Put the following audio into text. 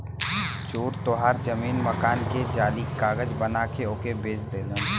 चोर तोहार जमीन मकान के जाली कागज बना के ओके बेच देलन